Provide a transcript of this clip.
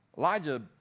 Elijah